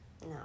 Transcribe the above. No